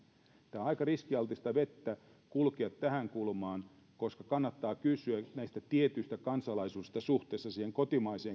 on aika riskialtista vettä kulkea tähän kulmaan koska kannattaa kysyä näistä tietyistä kansalaisuuksista suhteessa käyttäytymiseen kotimaassa